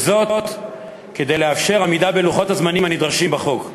וזאת כדי לאפשר עמידה בלוחות הזמנים הנדרשים בחוק.